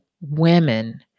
women